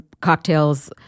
cocktails